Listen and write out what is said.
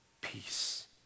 peace